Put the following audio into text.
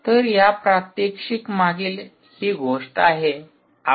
तर या प्रात्यक्षिक मागील ही गोष्ट आहे